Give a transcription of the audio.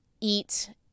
eat